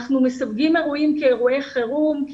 אנחנו מסווגים אירועים כאירועי חירום,